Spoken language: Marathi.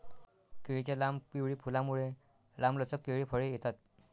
केळीच्या लांब, पिवळी फुलांमुळे, लांबलचक केळी फळे येतात